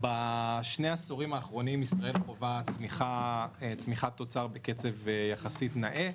בשני העשורים האחרונים ישראל חווה צמיחת תוצר בקצב יחסית נאה.